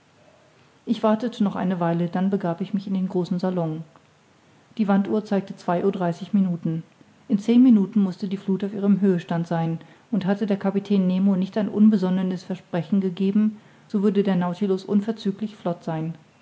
ich wartete noch eine weile dann begab ich mich in den großen salon die wanduhr zeigte zwei uhr dreißig minuten in zehn minuten mußte die fluth auf ihrem höhestand sein und hatte der kapitän nemo nicht ein unbesonnenes versprechen gegeben so würde der nautilus unverzüglich flott sein